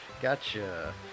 Gotcha